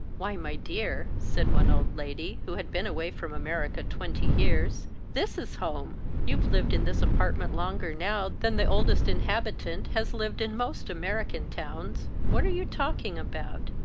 why, my dear, said one old lady, who had been away from america twenty years, this is home! you've lived in this apartment longer now than the oldest inhabitant has lived in most american towns. what are you talking about?